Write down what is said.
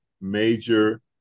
Major